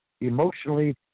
emotionally